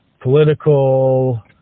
political